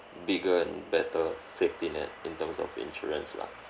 bigger and better safety net in terms of insurance lah